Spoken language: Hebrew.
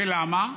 ולמה?